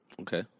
Okay